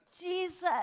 Jesus